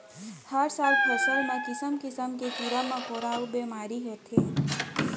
हर साल फसल म किसम किसम के कीरा मकोरा अउ बेमारी होथे